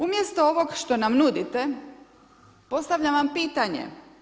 Umjesto ovoga što nam nudite, postavljam vam pitanje.